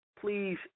please